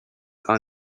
are